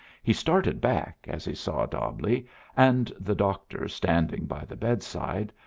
he started back as he saw dobbleigh and the doctor standing by the bedside,